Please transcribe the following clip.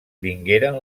vingueren